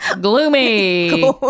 Gloomy